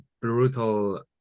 brutal